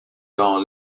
dans